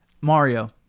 mario